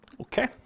Okay